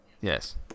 Yes